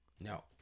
No